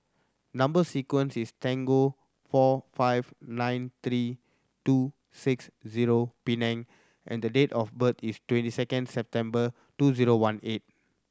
number sequence is four five nine three two six zero and the date of birth is twenty second September two zero one eight